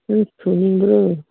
ꯅꯪ ꯁꯨꯅꯤꯡꯕ꯭ꯔꯣ